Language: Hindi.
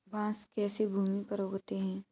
बांस कैसे भूमि पर उगते हैं?